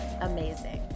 amazing